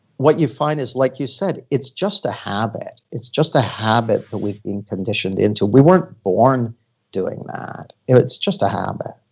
what you find is, like you said, it's just a habit. it's just a habit that we've been conditioned into. we weren't born doing that. it's just a habit.